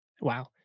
Wow